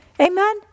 Amen